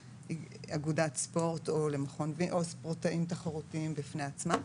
לאגודת ספורט או ספורטאים תחרותיים בפני עצמם.